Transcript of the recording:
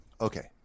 Okay